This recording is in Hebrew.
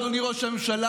אדוני ראש הממשלה,